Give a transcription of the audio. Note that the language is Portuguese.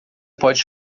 pode